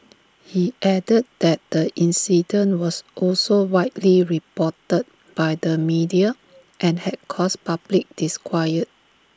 he added that the incident was also widely reported by the media and had caused public disquiet